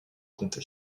comté